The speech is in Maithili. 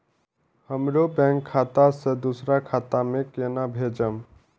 हमरो बैंक खाता से दुसरा खाता में केना भेजम?